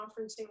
conferencing